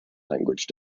language